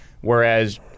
Whereas